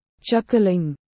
Chuckling